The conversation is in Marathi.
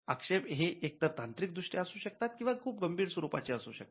आक्षेप हे एकतर तांत्रिक दृष्ट्या असू शकतात किंवा खूप गंभीर स्वरूपाचे असू शकतात